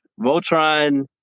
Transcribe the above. Voltron